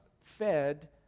fed